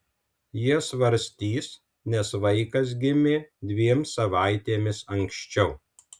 jie svarstys nes vaikas gimė dviem savaitėmis anksčiau